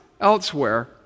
elsewhere